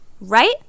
Right